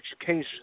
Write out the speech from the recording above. education